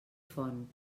font